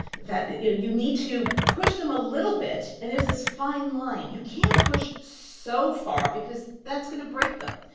that you know, you need to push them a little bit. and there's this fine line. you can't push so far because that's going to break them.